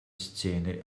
szene